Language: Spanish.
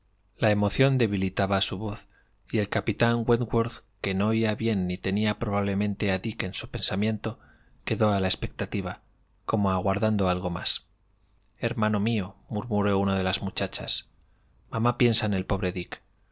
la emoción debilitaba su voz y el capitán wentworth que no oía bien ni tenía probablemente a dick en su pensamiento quedó a la expectativa como aguardando algo más hermano míomurmuró una de las muchachas mamá piensa en el pobre dick